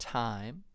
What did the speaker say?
time